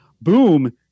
Boom